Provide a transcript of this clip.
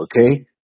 okay